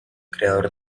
creador